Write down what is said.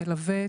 מלווה,